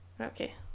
okay